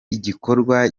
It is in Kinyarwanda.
igikorwa